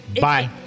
Bye